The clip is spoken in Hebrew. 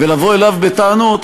ולבוא אליו בטענות,